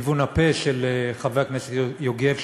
לכיוון הפה של חבר הכנסת יוגב,